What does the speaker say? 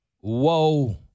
Whoa